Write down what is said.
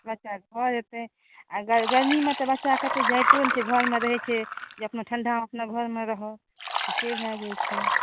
बच्चा घर एतै आ गर्मीमे तऽ बच्चा कतहुँ जाइतो नहि छै घरमे रहैत छै जे अपना ठंडा अपना घरमे रहऽ तऽ से भए जाइत छै